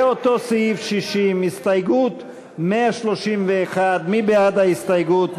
לאותו סעיף 60, הסתייגות 131. מי בעד ההסתייגות?